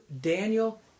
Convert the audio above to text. daniel